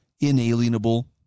inalienable